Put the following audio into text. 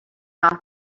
off